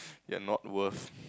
ya not worth